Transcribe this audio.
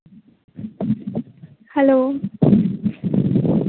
hello